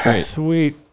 Sweet